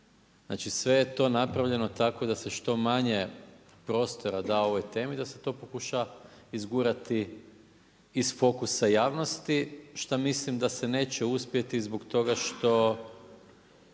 znači sve je to napravljeno tako da se što manje prostora da ovoj temi da se to pokuša izgurati iz fokusa javnosti, šta mislim da se neće uspjeti zbog toga što